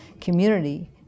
community